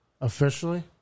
Officially